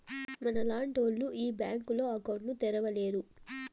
మనలాంటోళ్లు ఈ బ్యాంకులో అకౌంట్ ను తెరవలేరు